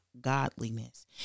godliness